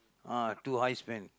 ah too high spend